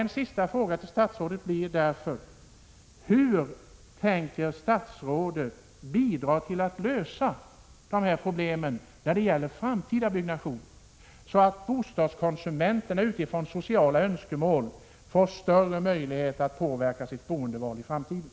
En sista fråga till statsrådet blir därför: Hur tänker statsrådet bidra till att lösa detta problem när det gäller framtida byggnation, så att bostadskonsumenterna utifrån sociala önskemål får större möjligheter att påverka sitt boendeval i framtiden?